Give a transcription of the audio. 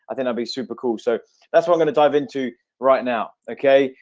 i think i'd be super cool so that's not going to dive into right now okay,